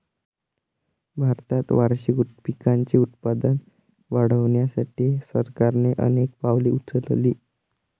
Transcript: भारतात वार्षिक पिकांचे उत्पादन वाढवण्यासाठी सरकारने अनेक पावले उचलली